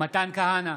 מתן כהנא,